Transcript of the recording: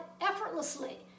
effortlessly